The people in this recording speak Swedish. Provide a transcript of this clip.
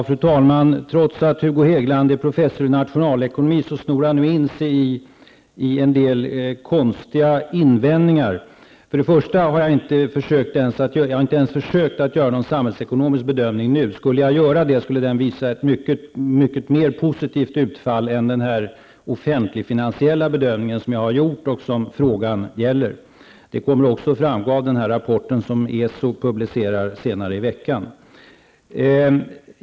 Fru talman! Trots att Hugo Hegeland är professor i nationalekonomi snor han nu in sig i en del konstiga invändningar. För det första har jag inte ens försökt att göra någon samhällsekonomisk bedömning nu. Om jag skulle göra det skulle den visa ett mycket mer positivt utfall än den offentligfinansiella bedömning som jag har gjort och som frågan gäller. Det kommer också att framgå av den rapport som ESO publicerar senare i veckan.